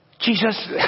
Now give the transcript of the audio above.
Jesus